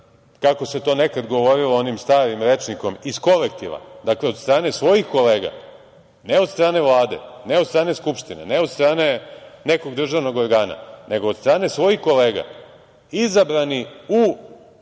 kako se to nekad govorilo onim starim rečnikom, kolektiva, dakle, od strane svojih kolega, ne od strane Vlade, ne od strane Skupštine, ne od strane nekog državnog organa, nego od strane svojih kolega izabrani u,